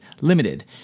limited